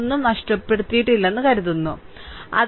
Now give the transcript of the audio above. ഒന്നും നഷ്ടപ്പെടുത്തിയിട്ടില്ലെന്ന് കരുതുന്നു ഞാൻ